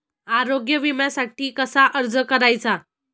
आरोग्य विम्यासाठी कसा अर्ज करायचा?